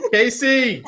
Casey